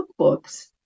cookbooks